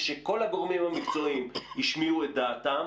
כשכל הגורמים המקצועיים השמיעו את דעתם,